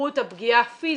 בהתמכרות הפגיעה פיזית,